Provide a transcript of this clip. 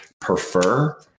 prefer